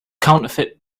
counterfeit